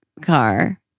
car